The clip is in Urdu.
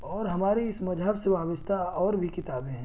اور ہماری اس مذہب سے وابستہ اور بھی کتابیں ہیں